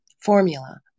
formula